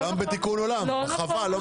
מהחווה.